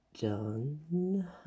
done